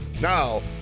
Now